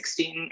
2016